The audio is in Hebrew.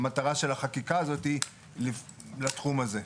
היא המטרה של החקיקה הזו בתחום הזה.